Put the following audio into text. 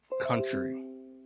country